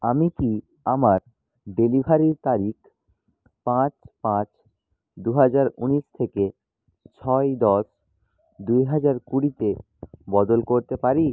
আমি কি আমার ডেলিভারির তারিখ পাঁচ পাঁচ দু হাজার উনিশ থেকে ছয় দশ দুই হাজার কুড়িতে বদল করতে পারি